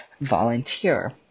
Volunteer